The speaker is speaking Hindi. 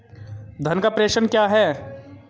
धन का प्रेषण क्या है?